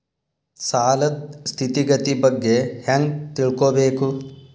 ಸಾಲದ್ ಸ್ಥಿತಿಗತಿ ಬಗ್ಗೆ ಹೆಂಗ್ ತಿಳ್ಕೊಬೇಕು?